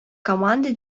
командой